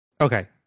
Okay